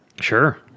Sure